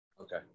okay